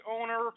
owner